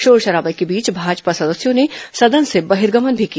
शोर शराबे के बीच भाजपा सदस्यों ने सदन से बहिर्गमन भी किया